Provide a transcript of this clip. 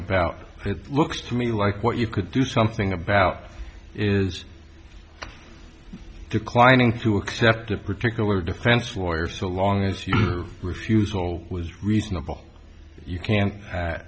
about it looks to me like what you could do something about is declining to accept a particular defense lawyer so long as your refusal was reasonable you can't